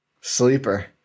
Sleeper